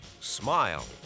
Smile